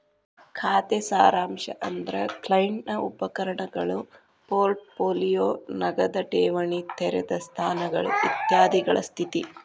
ಖಾತೆ ಸಾರಾಂಶ ಅಂದ್ರ ಕ್ಲೈಂಟ್ ನ ಉಪಕರಣಗಳು ಪೋರ್ಟ್ ಪೋಲಿಯೋ ನಗದ ಠೇವಣಿ ತೆರೆದ ಸ್ಥಾನಗಳು ಇತ್ಯಾದಿಗಳ ಸ್ಥಿತಿ